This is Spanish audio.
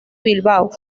bilbao